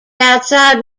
outside